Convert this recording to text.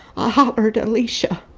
i hollered, alicia,